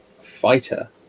fighter